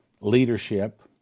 leadership